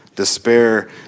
Despair